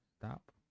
Stop